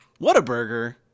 Whataburger